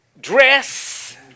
dress